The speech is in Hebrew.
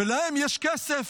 ולהם יש כסף.